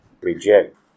reject